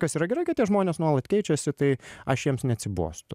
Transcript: kas yra gerai kad tie žmonės nuolat keičiasi tai aš jiems neatsibostu